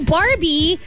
Barbie